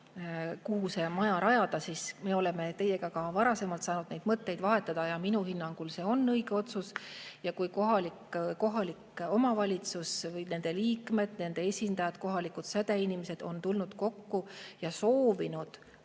kuhu see maja rajada, siis me oleme teiega ka varasemalt saanud neid mõtteid vahetada ja minu hinnangul on see õige otsus. Kui kohalik omavalitsus või selle liikmed, esindajad, kohalikud sädeinimesed on tulnud kokku ja soovinud